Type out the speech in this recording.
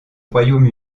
royaume